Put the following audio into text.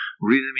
rhythm